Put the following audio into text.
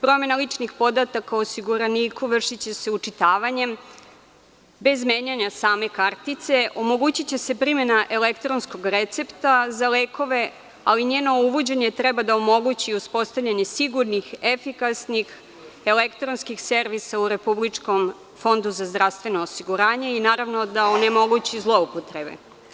Promena ličnih podataka o osiguraniku vršiće se učitavanjem, bez menjanja same kartice, omogućiće se primena elektronskog recepta za lekove, ali njeno uvođenje treba da omogući uspostavljanje sigurnih, efikasnih elektronskih servisa u Republičkom fondu za zdravstveno osiguranje i, naravno, da onemogući zloupotrebe.